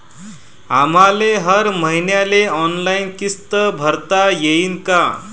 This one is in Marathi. आम्हाले हर मईन्याले ऑनलाईन किस्त भरता येईन का?